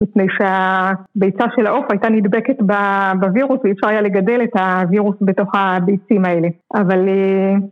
לפני שהביצה של העוף הייתה נדבקת בווירוס ואי אפשר היה לגדל את הווירוס בתוך הביצים האלה. אבל...